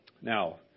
now